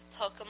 Pokemon